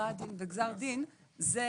הכרעת דין וגזר דין, זה